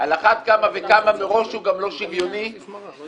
על אחת וכמה מראש הוא גם לא שוויוני כלפי